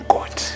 God